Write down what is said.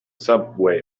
subway